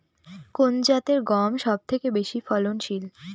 কোন জাতের গম সবথেকে বেশি ফলনশীল?